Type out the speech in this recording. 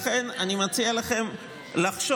לכן אני מציע לכם לחשוב.